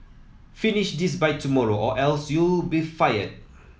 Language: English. finish this by tomorrow or else you'll be fired